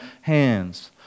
hands